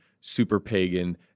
super-pagan